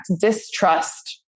distrust